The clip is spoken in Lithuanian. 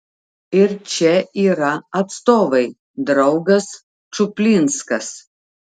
ir čia yra atstovai draugas čuplinskas